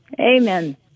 Amen